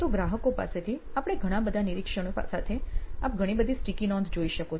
તો ગ્રાહકો પાસેથી આપણા બધા નિરીક્ષણો સાથે આપ ઘણી બધી સ્ટીકી નોંધો જોઈ શકો છો